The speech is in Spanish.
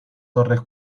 torres